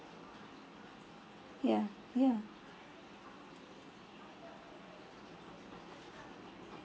ya ya